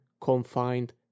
confined